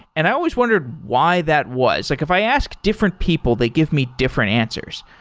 and i always wondered why that was. like if i asked different people, they give me different answers.